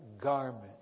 garment